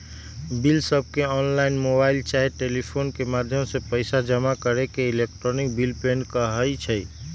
बिलसबके online, mobile चाहे telephone के माध्यम से पइसा जमा के इलेक्ट्रॉनिक बिल पेमेंट कहई छै